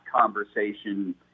conversation